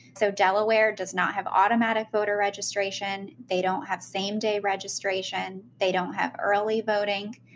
so delaware does not have automatic voter registration. they don't have same day registration. they don't have early voting.